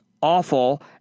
awful